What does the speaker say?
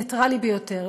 הניטרלי ביותר,